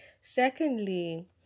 Secondly